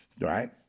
right